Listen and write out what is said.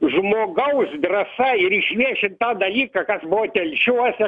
žmogaus drąsa ir išviešint tą dalyką kas buvo telšiuose